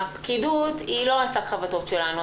הפקידות היא לא שק החבטות שלנו.